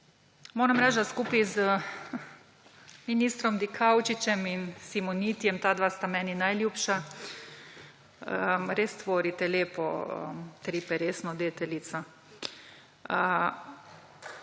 Moram reči, da skupaj z ministrom Dikaučičem in Simonitijem, ta dva sta meni najljubša, res tvorite lepotriperesno deteljico.